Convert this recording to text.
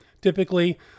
typically